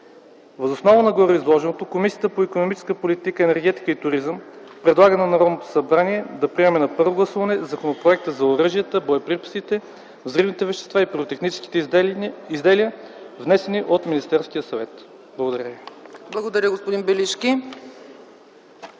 Въз основа на гореизложеното Комисията по икономическата политика, енергетика и туризъм предлага на Народното събрание да приеме на първо гласуване Законопроекта за оръжията, боеприпасите, взривните вещества и пиротехническите изделия, внесен от Министерския съвет.” Благодаря. ПРЕДСЕДАТЕЛ ЦЕЦКА ЦАЧЕВА: Благодаря, господин Белишки.